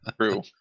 True